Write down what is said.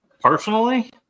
personally